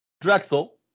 Drexel